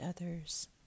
others